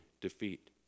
defeat